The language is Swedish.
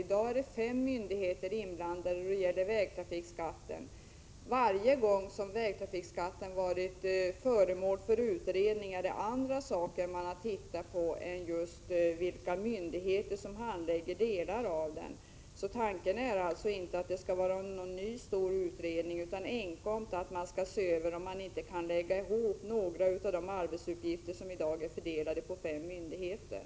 I dag är fem myndigheter inblandade då det gäller vägtrafikskatten. Varje gång vägtrafikskatten har varit föremål för utredning har det varit andra saker man övervägt än just frågan om vilka myndigheter som handlägger olika delar av den skatten. Tanken är alltså inte att det skall vara någon ny stor utredning utan endast att man skall se över möjligheterna att lägga ihop de arbetsuppgifter som i dag är fördelade på fem myndigheter.